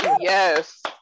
Yes